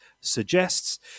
suggests